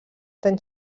tant